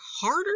harder